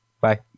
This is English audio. Bye